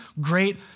great